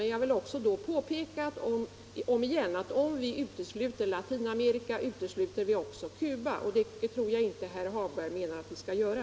Men jag vill ännu en gång påpeka att vi, om vi utesluter deltagare från Latinamerika, därmed också utesluter deltagare från Cuba, och det tror jag inte herr Hagberg menar att vi skall göra.